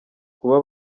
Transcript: kuba